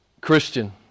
Christian